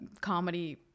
comedy